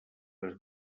les